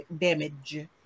damage